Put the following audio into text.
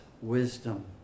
wisdom